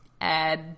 add